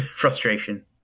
frustration